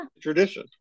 tradition